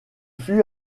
fut